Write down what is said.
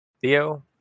Theo